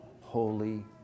holy